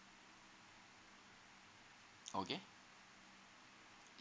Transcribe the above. okay